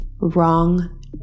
wrong